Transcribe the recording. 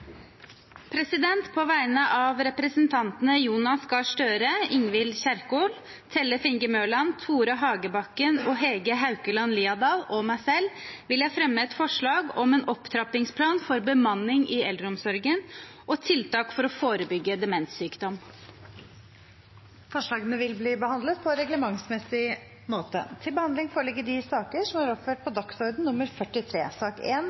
På vegne av representantene Jonas Gahr Støre, Ingvild Kjerkol, Tellef Inge Mørland, Tore Hagebakken, Hege Haukeland Liadal og meg selv vil jeg fremme et forslag om en opptrappingsplan for bemanning i eldreomsorgen og tiltak for å forebygge demenssykdom. Forslagene vil bli behandlet på reglementsmessig måte.